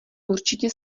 určitě